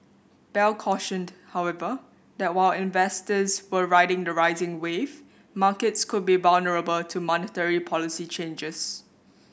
bell cautioned however that while investors were riding the rising wave markets could be vulnerable to monetary policy changes